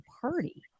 Party